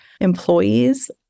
employees